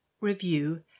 review